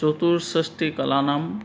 चतुष्षष्टिकलानां